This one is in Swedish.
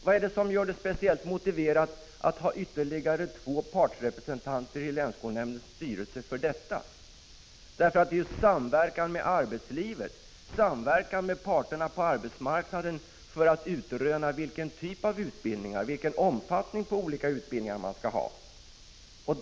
Vad är det som gör det speciellt motiverat att ha ytterligare två partsrepresentanter i länsskolnämndens styrelse för detta? Det som är viktigt är ju samverkan med arbetslivet, samverkan med parterna på arbetsmarknaden för att utröna vilken typ av utbildningar, vilken omfattning på olika utbildningar man skall ha.